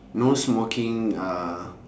no smoking uh